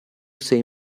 sei